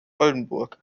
oldenburg